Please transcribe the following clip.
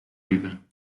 vida